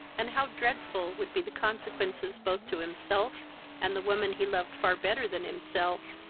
and how dreadful would be the consequences both to himself and the woman he loved far better than himself,